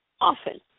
often